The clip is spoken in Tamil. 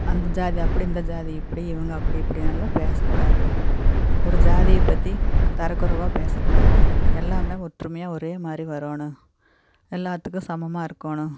அந்த ஜாதி அப்படி இந்த ஜாதி இப்படி இவங்க அப்படி இப்படியெல்லாம் பேச கூடாது ஒரு ஜாதிய பற்றி தரக்குறைவாக பேச கூடாது எல்லாமே ஒற்றுமையாக ஒரே மாதிரி வரணும் எல்லாத்துக்கும் சமம்மாக இருக்கணும்